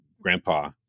grandpa